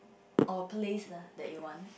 or a place lah that you want